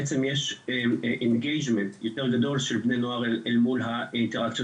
בעצם יש engagement יותר גדול של בני נוער אל מול האינטראקציות